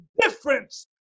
Difference